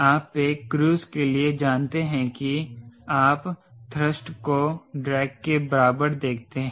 आप एक क्रूज़ के लिए जानते हैं कि आप थ्रस्ट को ड्रैग के बराबर देखते हैं